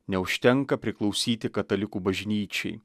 neužtenka priklausyti katalikų bažnyčiai